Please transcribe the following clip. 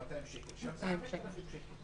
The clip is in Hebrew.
200 שקל שם זה 5,000 שקל.